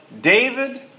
David